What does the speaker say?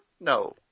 No